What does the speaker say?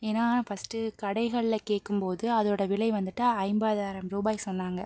ஏன்னால் நான் ஃபஸ்ட்டு கடைகளில் கேட்கும் போது அதோடய விலை வந்துட்டு ஐம்பதாயிரம் ரூபாய் சொன்னாங்க